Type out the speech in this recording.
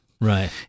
Right